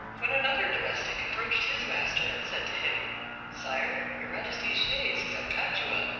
when another domestic approached his master and said to him sire, your majesty's chaise is at padua,